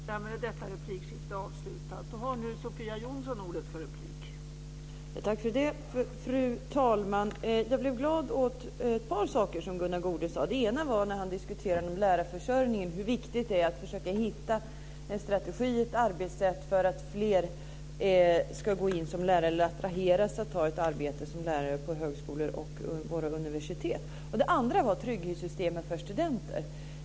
Fru talman! Jag blev glad över ett par saker som Det ena var när han diskuterade lärarförsörjningen och påpekade hur viktigt det är att försöka hitta en strategi, ett arbetssätt, för att fler ska attraheras av att ta ett arbete som lärare på högskolor och våra universitet. Det andra var trygghetssystemen för studenter.